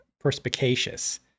perspicacious